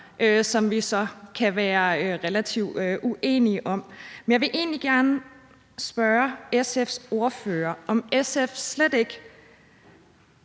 som vi kan være relativt uenige om. Men jeg vil egentlig gerne spørge SF's ordfører, om SF slet ikke